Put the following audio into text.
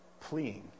pleading